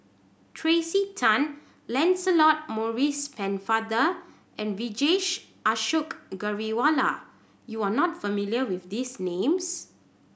Tracey Tan Lancelot Maurice Pennefather and Vijesh Ashok Ghariwala you are not familiar with these names